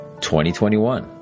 2021